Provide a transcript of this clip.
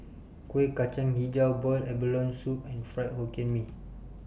Kuih Kacang Hijau boiled abalone Soup and Fried Hokkien Mee